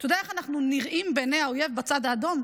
אתה יודע איך אנחנו נראים בעיני האויב בצד האדום?